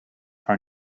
are